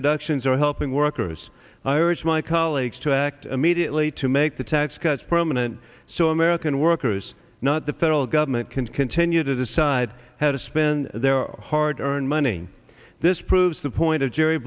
reductions are helping workers i urge my colleagues to act immediately to make the tax cuts permanent so american workers not the federal government can continue to decide how to spend their hard earned money this proves the point of jerry